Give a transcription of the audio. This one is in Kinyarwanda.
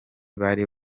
bari